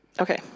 Okay